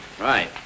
Right